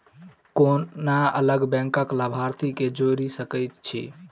कोना अलग बैंकक लाभार्थी केँ जोड़ी सकैत छी?